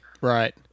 Right